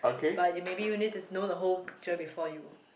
but you maybe you need to know the whole picture before you